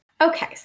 Okay